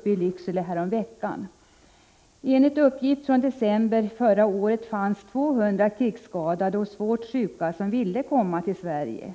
besöket i Lycksele häromveckan. Enligt uppgift från december månad förra året var det då 200 krigsskadade och svårt sjuka som ville komma till Sverige.